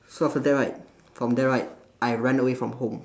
so after that right from there right I ran away from home